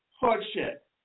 hardship